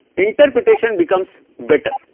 interpretation becomes better